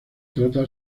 trata